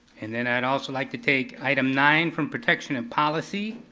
and then i'd also like to take item nine from protection and policy,